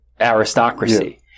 aristocracy